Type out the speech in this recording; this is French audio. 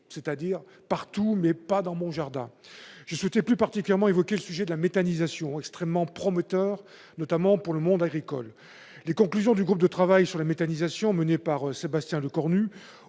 au syndrome « partout, mais pas dans mon jardin ». Je souhaite plus particulièrement évoquer le sujet de la méthanisation, lequel est extrêmement prometteur, notamment pour le monde agricole. Les conclusions du groupe de travail « méthanisation », mené par Sébastien Lecornu,